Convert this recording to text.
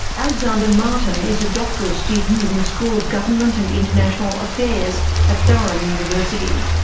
alexander martin is a doctoral student in the school of government and international affairs at durham university.